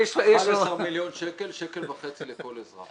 11 מיליון שקל שקל וחצי לכל אזרח.